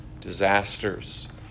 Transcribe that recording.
disasters